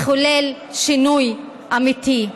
לחולל שינוי אמיתי.